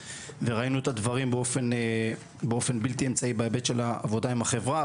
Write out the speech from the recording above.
וראינו את הדברים באופן בלתי אמצעי בהיבט של העבודה עם החברה,